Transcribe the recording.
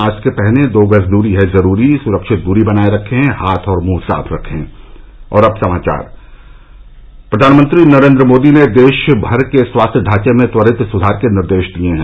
mask पहनें दो गज दूरी है जरूरी सुरक्षित दूरी बनाये रखें हाथ और मुंह साफ रखें प्रधानमंत्री नरेन्द्र मोदी ने देशभर के स्वास्थ्य ढांचे में त्वरित सुधार के निर्देश दिए हैं